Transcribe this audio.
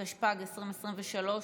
התשפ"ג 2023,